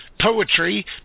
poetry